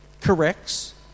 corrects